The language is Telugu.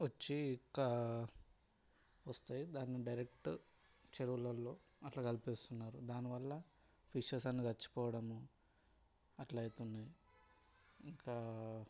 వచ్చి ఇంకా వస్తాయి దాన్ని డైరెక్ట్ చెరువులల్లో అలా కలిపేస్తున్నారు దానివల్ల ఫిషెస్ అన్ని చచ్చిపోవడము అట్ల అవుతున్నాయి ఇంకా